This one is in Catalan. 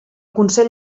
consell